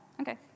Okay